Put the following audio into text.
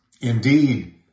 Indeed